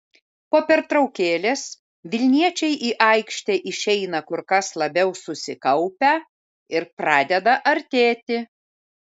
po pertraukėlės vilniečiai į aikštę išeina kur kas labiau susikaupę ir pradeda artėti